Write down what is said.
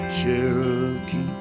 Cherokee